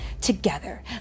Together